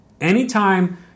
Anytime